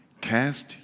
Cast